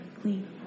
clean